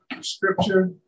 scripture